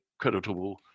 creditable